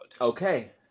okay